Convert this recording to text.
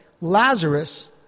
Lazarus